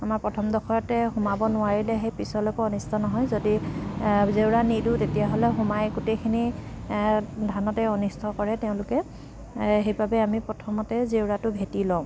আমাৰ প্ৰথম ডখৰতে সোমাব নোৱাৰিলে সেই পিছলৈকো অনিষ্ট নহয় যদি জেউৰা নিদো তেতিয়াহ'লে সোমাই গোটেইখিনি ধানতে অনিষ্ট কৰে তেওঁলোকে সেইবাবে আমি প্ৰথমতে জেউৰাটো ভেটি লওঁ